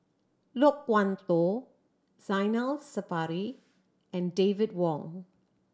Loke Wan Tho Zainal Sapari and David Wong